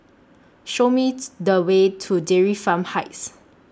Show Me The Way to Dairy Farm Heights